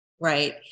Right